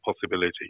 possibility